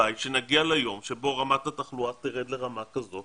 הלוואי שנגיע ליום שבו רמת התחלואה תרד לרמה כזו